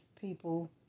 people